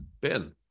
Ben